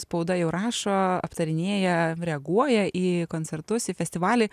spauda jau rašo aptarinėja reaguoja į koncertus į festivalį